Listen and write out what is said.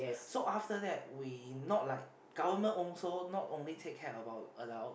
so after that we not like government also not only take care about adults